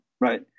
right